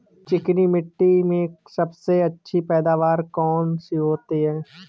चिकनी मिट्टी में सबसे अच्छी पैदावार कौन सी होती हैं?